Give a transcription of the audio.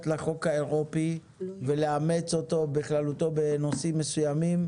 לחוק האירופי ולאמץ אותו בכללותו בנושאים מסוימים,